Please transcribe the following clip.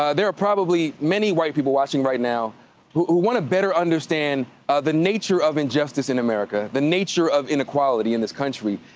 ah there are probably many white people watching right now who wanna better understand ah the nature of injustice in america, the nature of inequality in this country,